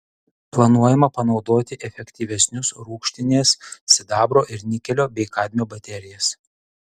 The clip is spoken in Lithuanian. planuojama panaudoti efektyvesnius rūgštinės sidabro ir nikelio bei kadmio baterijas